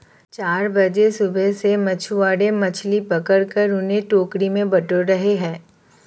चार बजे सुबह से मछुआरे मछली पकड़कर उन्हें टोकरी में बटोर रहे हैं